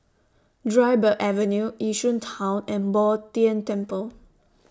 Dryburgh Avenue Yishun Town and Bo Tien Temple